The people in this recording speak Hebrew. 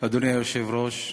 אדוני היושב-ראש,